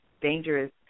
dangerous